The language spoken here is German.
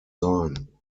sein